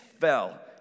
fell